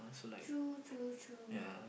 true true true